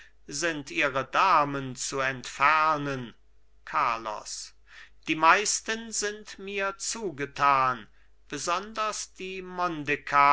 sind ihre damen zu entfernen carlos die meisten sind mir zugetan besonders die